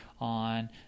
on